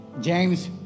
James